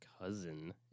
cousin